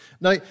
Now